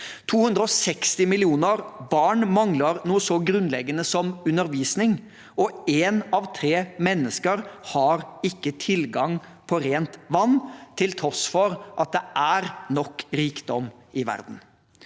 260 millioner barn mangler noe så grunnleggende som undervisning, og én av tre mennesker har ikke tilgang på rent vann, til tross for at det er nok rikdom i verden.